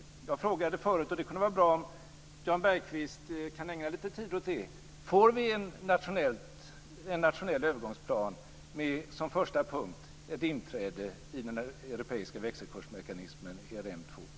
Jag har frågat förut - det kunde alltså vara bra om Jan Bergqvist kunde ägna lite tid åt detta - och frågar igen: Får vi en nationell övergångsplan med som första punkt ett inträde i den europeiska växelkursmekanismen ERM 2?